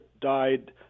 died